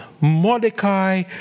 Mordecai